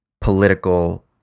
political